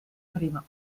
prima